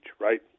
right